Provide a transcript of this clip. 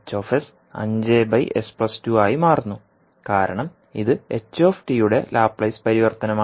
H ആയി മാറുന്നു കാരണം ഇത് hയുടെ ലാപ്ലേസ് പരിവർത്തനമാണ്